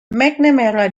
mcnamara